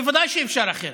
בוודאי שאפשר אחרת.